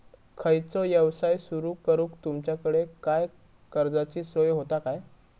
खयचो यवसाय सुरू करूक तुमच्याकडे काय कर्जाची सोय होता काय?